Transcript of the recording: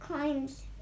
Coins